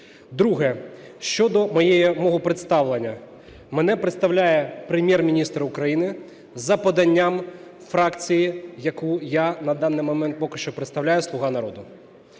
Друге: щодо мого представлення. Мене представляє Прем?єр-міністр України за поданням фракції, яку я на даний момент поки що представляю, "Слуга народу".